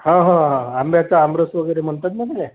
हा हा हा हा आंब्याचा आमरस वगैरे म्हणतात ना त्याला